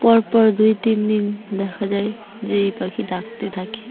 পরপর দুই তিন দিন দেখা যায় যে এই পাখি ডাকতে থাকে